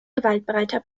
gewaltbereiter